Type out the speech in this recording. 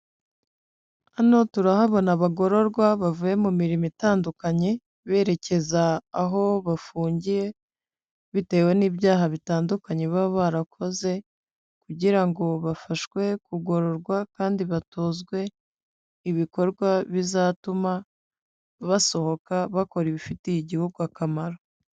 Hano turahabona abagororwa bavuye mu mirimo itandukanye berekeza aho bafungiye bitewe n'ibyaha bitandukanye baba barakoze, kugira ngo bafashwe kugororwa kandi batozwe ibikorwa bizatuma basohoka bakora ibifitiye igihugu akamaro.